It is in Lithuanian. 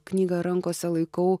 knygą rankose laikau